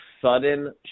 sudden